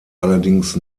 allerdings